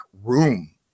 Room